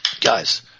Guys